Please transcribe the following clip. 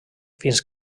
fins